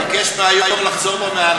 אני אבקש מהיושבת-ראש לחזור בה מההערה,